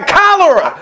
cholera